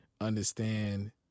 understand